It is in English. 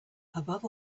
above